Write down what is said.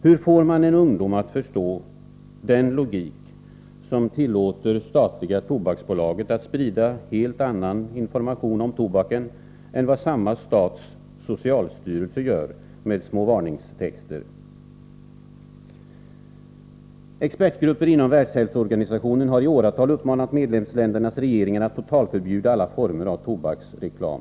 Hur får man en ungdom att förstå den logik som tillåter det statliga tobaksbolaget att sprida helt annan information om tobaken än vad samma stats socialstyrelse gör med små varningstexter? Expertgrupper inom Världshälsoorganisationen har i åratal uppmanat medlemsländernas regeringar att totalförbjuda alla former av tobaksreklam.